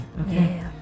okay